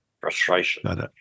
Frustration